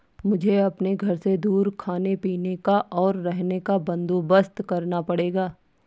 मुझे अपने घर से दूर खाने पीने का, और रहने का बंदोबस्त करना पड़ेगा